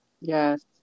Yes